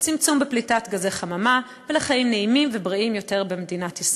לצמצום בפליטת גזי חממה ולחיים נעימים ובריאים יותר במדינת ישראל.